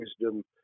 wisdom